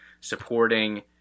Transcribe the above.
supporting